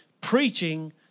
preaching